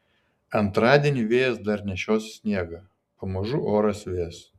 antradienį vėjas dar nešios sniegą pamažu oras vės